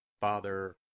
Father